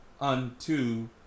unto